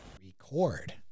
record